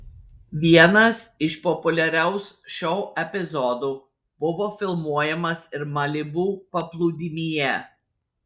vienas iš populiaraus šou epizodų buvo filmuojamas ir malibu paplūdimyje